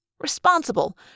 Responsible